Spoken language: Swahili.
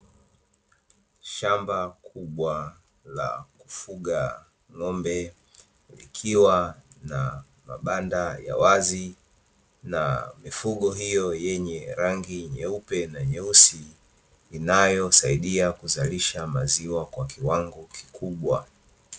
Shamba kubwa la kufuga ng'ombe, likiwa na mabanda ya wazi na mifugo hiyo yenye rangi nyeupe na nyeusi, inayosaidia kuzalisha maziwa kwa kiwango kikubwa.